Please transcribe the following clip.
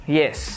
Yes